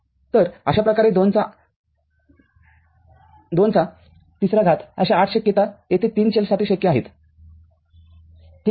तरअशा प्रकारे २ चा घात अशा ८ शक्यता तेथे ३ चलसाठीशक्य आहेत ठीक आहे